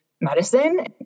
medicine